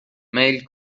میل